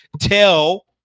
tell